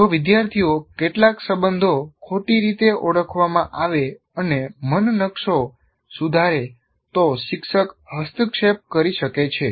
જો વિદ્યાર્થીઓ કેટલાક સંબંધો ખોટી રીતે ઓળખવામાં આવે અને મનનો નકશો સુધારે તો શિક્ષક હસ્તક્ષેપ કરી શકે છે